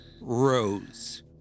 rose